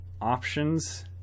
options